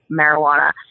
marijuana